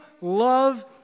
love